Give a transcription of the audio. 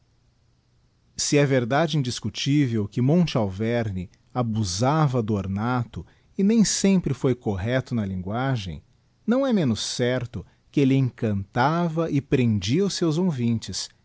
se é verdade indiscutível que monte alveme abusava do ornato e nem sempre foi correcto na linguagem nâo é menos certo que elle encantava e prendia os seus ouvintes